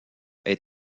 est